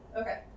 Okay